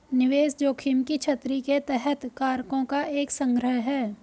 निवेश जोखिम की छतरी के तहत कारकों का एक संग्रह है